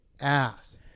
ass